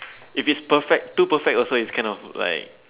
if it's perfect too perfect also is cannot like